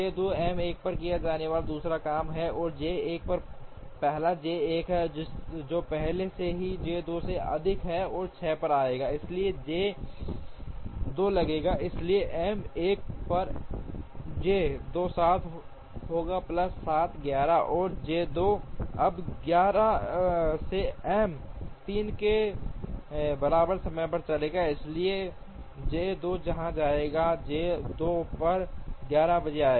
अब J 2 M 1 पर किया जाने वाला दूसरा काम है और J 1 पहला J 1 है जो पहले से ही J 2 से अधिक है 6 पर आ गया है इसलिए इसे J 2 लगेगा इसलिए M 1 पर J 2 7 होगा प्लस 4 11 और जे 2 अब 11 से एम 3 के बराबर समय पर चलेगा इसलिए जे 2 यहां आएगा जे 2 पर 11 बजे आएगा